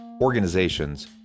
organizations